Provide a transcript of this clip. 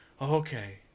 okay